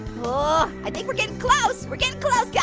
whoa, i think we're getting close. we're getting close, yeah